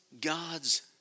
God's